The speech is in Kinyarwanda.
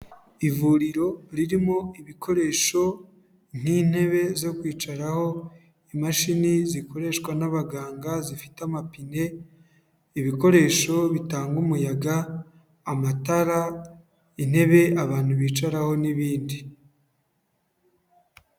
Ivuriro ririmo ibikoresho nk'intebe zo kwicaraho, imashini zikoreshwa n'abaganga zifite amapine, ibikoresho bitanga umuyaga, amatara, intebe abantu bicaraho n'ibindi.